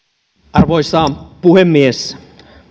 arvoisa puhemies